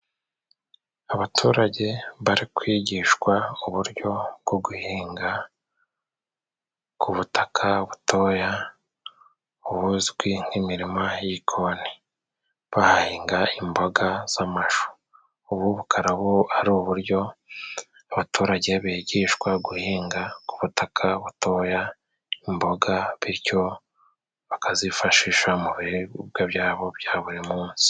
Abaturage bari kwigishwa uburyo bwo guhinga k'ubutaka butoya buzwi nk'imirima y'igikoni, bahahinga imboga z'amashu. Ubu bukaba ari uburyo abaturage bigishwa guhinga ku butaka butoya imboga. bityo bakazifashisha mu biribwa byabo bya buri munsi.